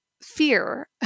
fear